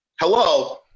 Hello